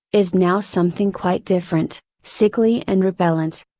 is now something quite different, sickly and repellent.